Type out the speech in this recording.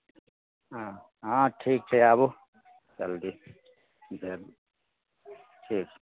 हँ हँ ठीक छै आबू जलदी जे ठीक छै